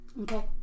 Okay